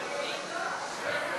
הצעת